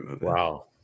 Wow